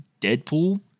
Deadpool